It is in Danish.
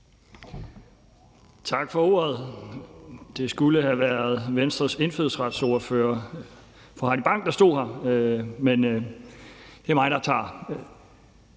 Tak for ordet. Det skulle have været Venstres indfødsretsordfører, fru Heidi Bank, der stod her, men det er mig, der tager